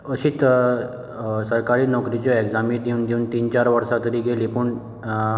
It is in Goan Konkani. अशीत सरकारी नोकरिच्यो एग्झामी दिवन दिवन तीन चार वर्सां तरी गेली पूण